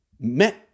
met